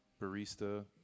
barista